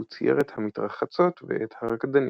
והוא צייר את 'המתרחצות' ואת 'הרקדנית'.